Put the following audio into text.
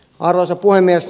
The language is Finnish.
arvoisa puhemies